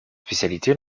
spécialité